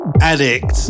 Addict